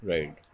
Right